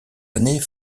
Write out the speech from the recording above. années